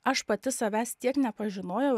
aš pati savęs tiek nepažinojau